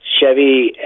Chevy